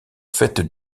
fêtes